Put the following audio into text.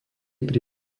pri